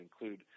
include